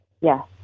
Yes